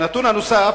והנתון הנוסף,